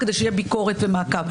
כדי שתהיה ביקורת ומעקב.